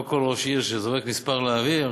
לא כל ראש עיר שזורק מספר לאוויר,